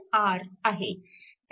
त्यात current i वाहत आहे